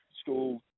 school